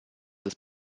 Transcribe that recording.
des